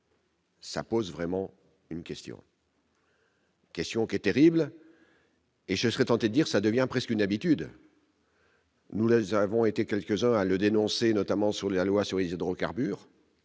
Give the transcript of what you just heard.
ça pose vraiment une question. Question qui est terrible. Et je serais tenté dire ça devient presque une habitude. Nous les avons été quelques-uns à le dénoncer, notamment sur la loi sur Isidro carbure.